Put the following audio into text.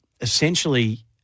essentially